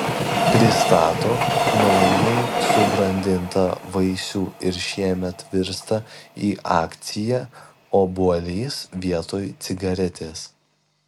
pristato naujai subrandintą vaisių ir šiemet virsta į akciją obuolys vietoj cigaretės